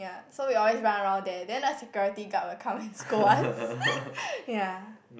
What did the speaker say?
ya so we always run around there then the security guard will come and scold us ya